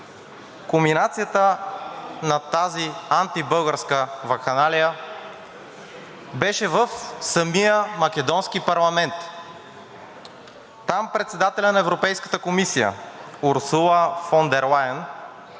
Кулминацията на тази антибългарска вакханалия беше в самия македонски парламент. Там председателят на Европейската комисия – Урсула фон дер Лайен,